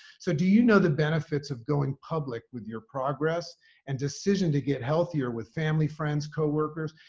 so do you know the benefits of going public with your progress and decision to get healthier with family, friends, coworkers?